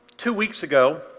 two weeks ago,